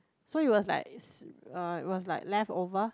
so it was like uh it was like leftover